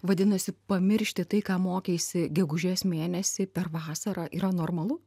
vadinasi pamiršti tai ką mokeisi gegužės mėnesį per vasarą yra normalu